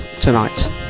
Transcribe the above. tonight